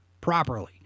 properly